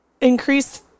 increase